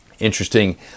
interesting